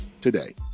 today